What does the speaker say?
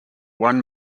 one